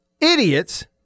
idiots